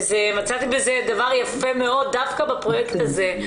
מצאתי בזה דבר יפה מאוד דווקא בפרויקט הזה.